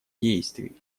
действий